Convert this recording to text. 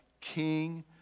King